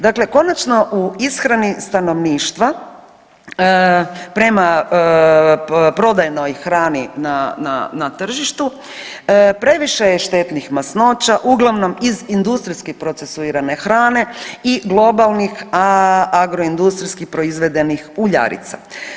Dakle, konačno u ishrani stanovništva prema prodajnoj hrani na tržištu, previše je štetnih masnoća, uglavnom iz industrijski procesuirane hrane i globalnih agroindustrijski proizvedenih uljarica.